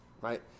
right